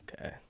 Okay